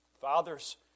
fathers